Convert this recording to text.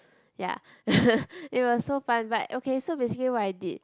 ya it was so fun but okay so basically what I did